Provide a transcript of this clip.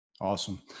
Awesome